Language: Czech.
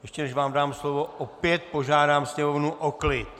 Ještě než vám dám slovo, opět požádám sněmovnu o klid.